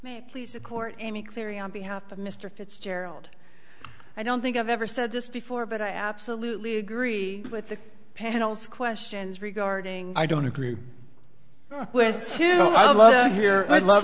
may please the court any cleary on behalf of mr fitzgerald i don't think i've ever said this before but i absolutely agree with the panel's questions regarding i don't agree with you here i'd love